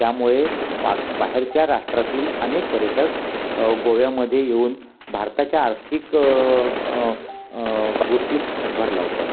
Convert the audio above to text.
त्यामुळे बा बाहेरच्या राष्ट्रातील अनेक पर्यटक गोव्यामध्ये येऊन भारताच्या आर्थिक गोष्टीस हातभार लावतात